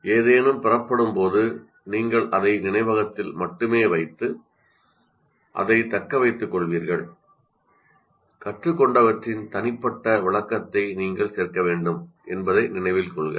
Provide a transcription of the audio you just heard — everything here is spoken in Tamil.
ஏதேனும் பெறப்படும்போது நீங்கள் அதை நினைவகத்தில் மட்டுமே வைத்து அதைத் தக்க வைத்துக் கொள்வீர்கள் என்பதை நினைவில் கொள்க